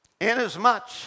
Inasmuch